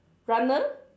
runner